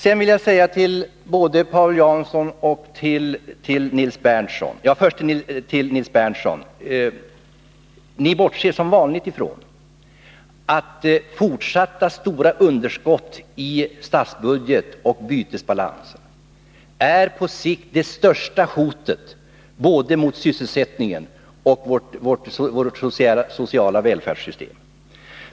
Till Nils Berndtson vill jag säga att ni i vpk som vanligt bortser från att fortsatta stora underskott i statsbudget och bytesbalans på sikt är det största hotet mot både sysselsättningen och vårt sociala välfärdssystem.